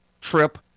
trip